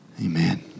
Amen